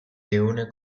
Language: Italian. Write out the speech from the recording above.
leone